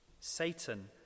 Satan